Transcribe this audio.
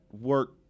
work